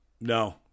No